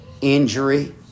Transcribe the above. injury